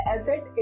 Asset